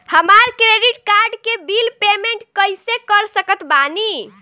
हमार credit card के bill payment कइसे कर सकत बानी?